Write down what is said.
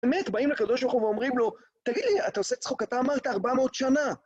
באמת, באים לקדוש ברוך הוא ואומרים לו, תגיד לי, אתה עושה צחוק, אתה אמרת 400 שנה.